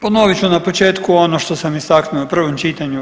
Ponovit ću na početku ono što sam istaknuo i u prvom čitanju.